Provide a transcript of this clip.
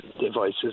devices